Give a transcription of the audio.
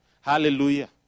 Hallelujah